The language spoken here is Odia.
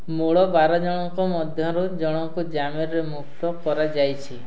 ମୂଳ ବାର ଜଣଙ୍କ ମଧ୍ୟରୁ ଜଣଙ୍କୁ ଜାମିନ୍ରେ ମୁକ୍ତ କରାଯାଇଛି